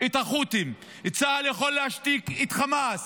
את החות'ים, צה"ל יכול להשתיק את חמאס.